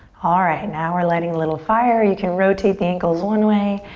alright, now we're lighting a little fire. you can rotate the ankles one way,